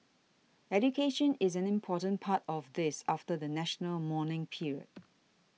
education is an important part of this after the national mourning period